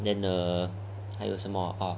then uh 还有什么 oh